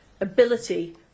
ability